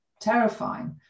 terrifying